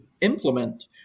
implement